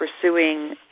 pursuing